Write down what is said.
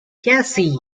cassie